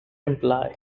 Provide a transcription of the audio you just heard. imply